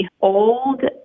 old